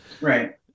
right